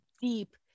deep